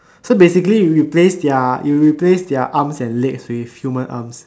so basically you replace ya you replace ya their arms and legs with human arms